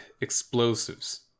explosives